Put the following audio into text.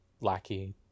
lackey